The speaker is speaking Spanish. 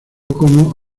como